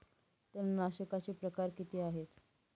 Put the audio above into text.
तणनाशकाचे प्रकार किती आहेत?